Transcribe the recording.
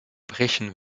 brechen